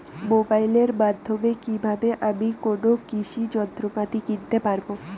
মোবাইলের মাধ্যমে কীভাবে আমি কোনো কৃষি যন্ত্রপাতি কিনতে পারবো?